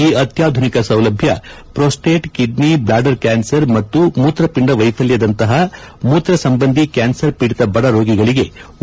ಈ ಅತ್ವಾಧುನಿಕ ಸೌಲಭ್ಯ ಪ್ರೊಸ್ಸೇಟ್ ಕಿಡ್ನಿ ಬ್ಲಾಡರ್ ಕ್ಕಾನ್ಸರ್ ಮತ್ತು ಮೂತ್ರಪಿಂಡ ವೈಫಲ್ಯದಂತಹ ಮೂತ್ರ ಸಂಬಂಧಿ ಕ್ಯಾನ್ಸರ್ ಪೀಡಿತ ಬಡ ರೋಗಿಗಳಿಗೆ ಉಚಿತವಾಗಿ ದೊರೆಯಲಿದೆ